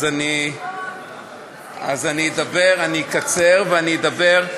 אז אני אדבר, אני אקצר ואני אדבר.